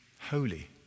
holy